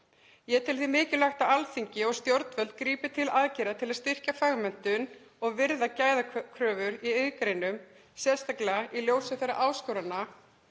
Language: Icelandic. Ég tel því mikilvægt að Alþingi og stjórnvöld grípi til aðgerða til að styrkja fagmenntun og virða gæðakröfur í iðngreinum, sérstaklega í ljósi þeirra áskorana